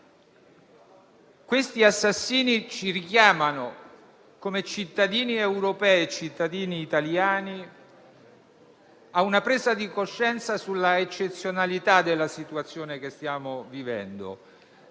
episodio, ci richiamano, come cittadini europei e italiani, a una presa di coscienza sull'eccezionalità della situazione che stiamo vivendo,